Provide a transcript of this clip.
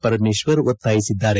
ಪರಮೇಶ್ವರ್ ಒತ್ತಾಯಿಸಿದ್ದಾರೆ